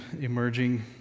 emerging